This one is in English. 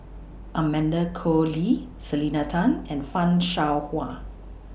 Amanda Koe Lee Selena Tan and fan Shao Hua